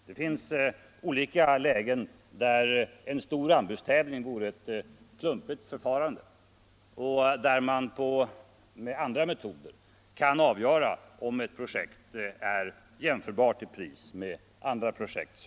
Det förekommer lägen där en stor anbudstävling vore ett klumpigt förfarande, där man med andra metoder kan avgöra om ett projekt ä mförbart i pris med andra projekt.